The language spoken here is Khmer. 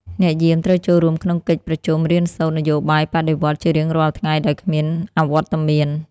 អ្នកយាមត្រូវចូលរួមក្នុងកិច្ចប្រជុំរៀនសូត្រនយោបាយបដិវត្តន៍ជារៀងរាល់ថ្ងៃដោយគ្មានអវត្តមាន។